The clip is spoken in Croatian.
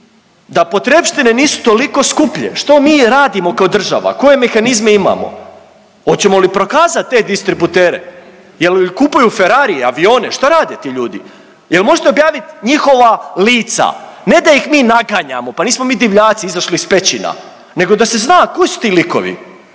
da potrepštine nisu toliko skuplje, što mi radimo kao država, koje mehanizme imamo, oćemo li prokazat te distributere, jel kupuju Ferrarije, avione, što rade ti ljudi? Jel možete objavit njihova lica, ne da ih mi naganjamo, pa nismo mi divljaci izašli iz pećina nego da se zna ko su ti likovi,